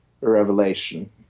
revelation